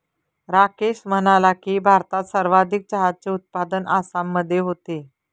राकेश म्हणाला की, भारतात सर्वाधिक चहाचे उत्पादन आसाममध्ये होते